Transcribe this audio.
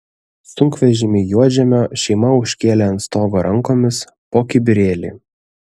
sunkvežimį juodžemio šeima užkėlė ant stogo rankomis po kibirėlį